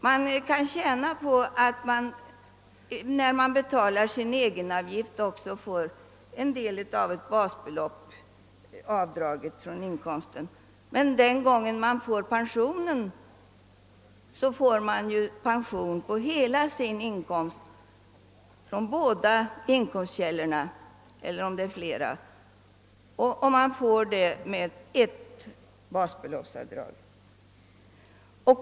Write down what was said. Man kan tjäna på att man i samband med att man betalar sin egenavgift också får en del av ett basbelopp draget från inkomsten, men när vederbörande får pension utgår den från inkomsten av samtliga inkomstkällor och man får sin pension med avdrag av ett basbelopp.